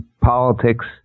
Politics